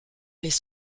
les